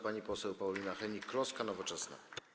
Pani poseł Paulina Hennig-Kloska, Nowoczesna.